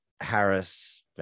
Harris